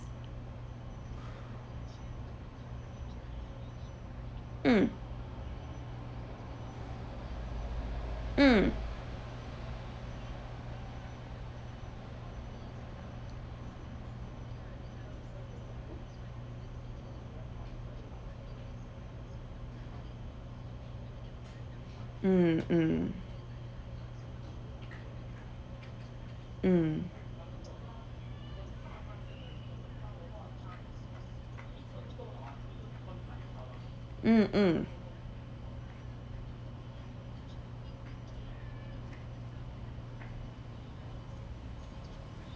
mm mm mm mm mm mm mm